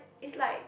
is like